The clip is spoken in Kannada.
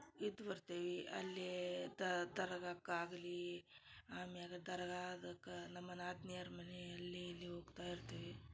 ಇದ್ದು ಬರ್ತಿವಿ ಅಲ್ಲಿ ದರ್ಗಕ್ಕೆ ಆಗಲಿ ಆಮ್ಯಾಲ ದರಗಾದಕ್ಕ ನಮ್ಮ ನಾದ್ನಿಯರ ಮನೆ ಅಲ್ಲಿ ಇಲ್ಲಿ ಹೋಗ್ತಾ ಇರ್ತೀವಿ